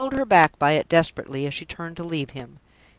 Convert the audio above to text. he held her back by it desperately as she turned to leave him.